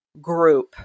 group